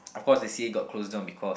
of course the c_c_a got closed down because